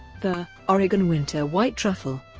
the oregon winter white truffle.